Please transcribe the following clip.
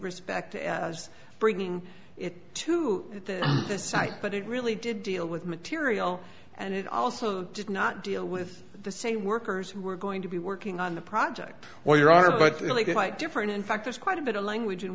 respect as bringing it to the site but it really did deal with material and it also did not deal with the same workers who were going to be working on the project or your honor but really good night different in fact there's quite a bit of language in